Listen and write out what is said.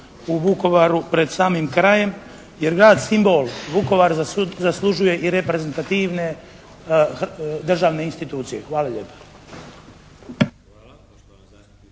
u Vukovaru pred samim krajem jer grad simbol Vukovar zaslužuje i reprezentativne državne institucije. Hvala lijepa.